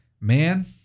Man